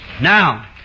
Now